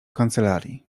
kancelarii